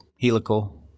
helical